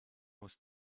muss